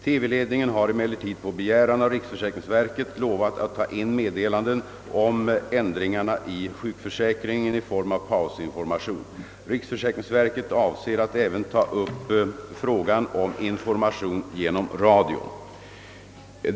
TV-ledningen har emellertid på begäran av riksförsäkringsverket lovat att ta in meddelanden om ändringarna i sjukförsäkringen i form av pausinformation. Riksförsäkringsverket avser att även ta upp frågan om information genom radion.